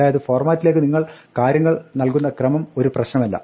അതായത് ഫോർമാറ്റിലേക്ക് നിങ്ങൾ കാര്യങ്ങൾ നൽകുന്ന ക്രമം ഒരു പ്രശ്നമല്ല